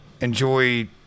enjoy